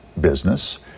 business